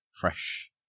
fresh